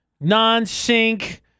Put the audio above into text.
non-sync